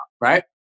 right